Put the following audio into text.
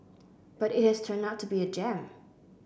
but it has turned out to be a gem